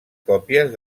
còpies